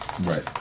Right